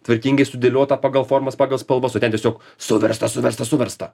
tvarkingai sudėliota pagal formas pagal spalvą o ten tiesiog suversta suversta suversta